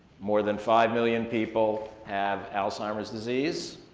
more than five million people have alzheimer's disease,